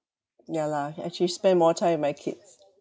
ya lah actually spend more time with my kids